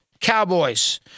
Cowboys